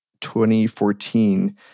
2014